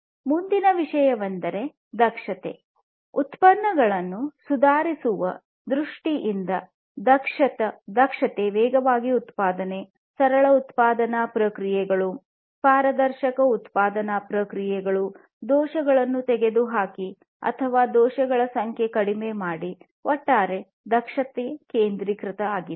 ಮುಂದಿನ ವಿಷಯವೆಂದರೆ ದಕ್ಷತೆ ಉತ್ಪನ್ನಗಳನ್ನು ಸುಧಾರಿಸುವ ದೃಷ್ಟಿಯಿಂದ ದಕ್ಷತೆ ವೇಗವಾಗಿ ಉತ್ಪಾದಕತೆ ಸರಳ ಉತ್ಪಾದನಾ ಪ್ರಕ್ರಿಯೆಗಳು ಪಾರದರ್ಶಕ ಉತ್ಪಾದನಾ ಪ್ರಕ್ರಿಯೆಗಳು ದೋಷಗಳನ್ನು ತೆಗೆದುಹಾಕಿ ಅಥವಾ ದೋಷಗಳ ಸಂಖ್ಯೆಯನ್ನು ಕಡಿಮೆ ಮಾಡಿ ಒಟ್ಟಾರೆ ದಕ್ಷತೆ ಕೇಂದ್ರಿತತೆ ಆಗಿದೆ